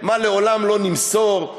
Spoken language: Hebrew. מה לעולם לא נמסור,